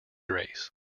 grace